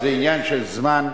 זה עניין של זמן,